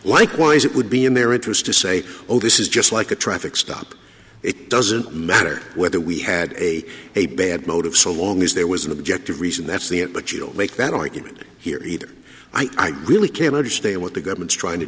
likewise it would be in their interest to say oh this is just like a traffic stop it doesn't matter whether we had a a bad motive so long as there was an objective reason that's the it but you don't make that argument here either i really can't understand what the government's trying to